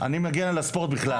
אני מגן על הספורט בכלל.